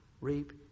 reap